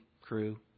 crew